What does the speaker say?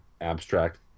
abstract